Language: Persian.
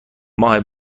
ماه